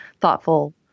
thoughtful